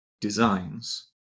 designs